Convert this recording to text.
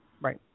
Right